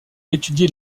étudié